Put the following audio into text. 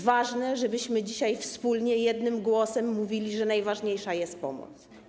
Ważne, żebyśmy dzisiaj wspólnie, jednym głosem mówili, że najważniejsza jest pomoc.